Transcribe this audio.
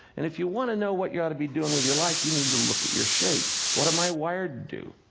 and if you want to know what you ought to be doing with your life, you need to look at your shape what am i wired to do?